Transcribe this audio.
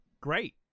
Great